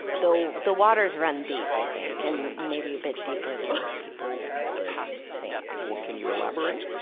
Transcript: the, the waters run deep, i think. and maybe a bit deeper than people would think. well, can you elaborate?